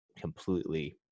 completely